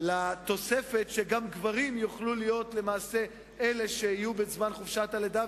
לתוספת שגם גברים יוכלו להיות בחופשת הלידה,